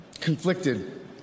conflicted